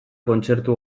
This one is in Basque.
kontzertu